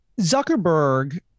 Zuckerberg